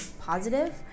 positive